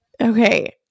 okay